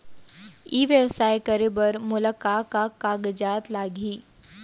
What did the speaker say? ई व्यवसाय करे बर मोला का का कागजात लागही?